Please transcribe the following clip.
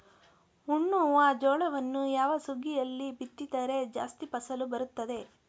ಉಣ್ಣುವ ಜೋಳವನ್ನು ಯಾವ ಸುಗ್ಗಿಯಲ್ಲಿ ಬಿತ್ತಿದರೆ ಜಾಸ್ತಿ ಫಸಲು ಬರುತ್ತದೆ?